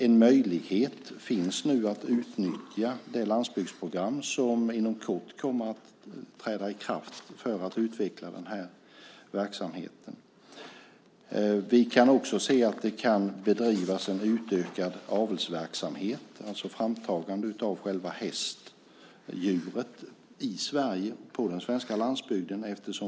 En möjlighet är att utnyttja det landsbygdsprogram som inom kort kommer att träda i kraft för att utveckla den här verksamheten. Vi kan också se att det kan bedrivas en utökad avelsverksamhet, alltså framtagande av själva hästdjuret i Sverige, på den svenska landsbygden.